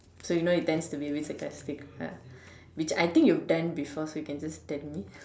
so you know it tends to be sarcastic lah which I think you've done before so you can just tell me